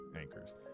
anchors